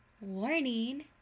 warning